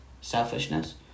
selfishness